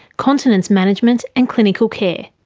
continence management and clinical care.